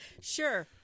Sure